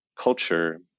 culture